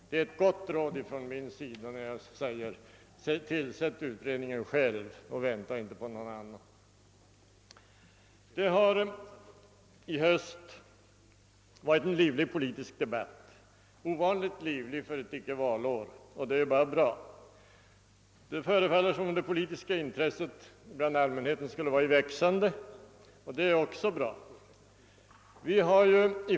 Det är alltså ett gott råd när jag säger: Tillsätt utredningen själv, vänta inte på någon annan! Det har i höst förts en ovanligt livlig politisk debatt, för att vara ett ickevalår. Detta är bara bra. Det förefaller som om det politiska intresset bland allmänheten är i växande, vilket också är bra.